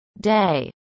day